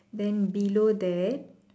then below that